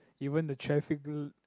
even the traffic dude